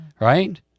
right